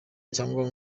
cyangwa